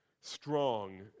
strong